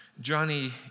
Johnny